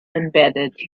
embedded